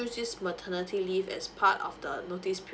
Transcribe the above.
just maternity leave as part of the notice priod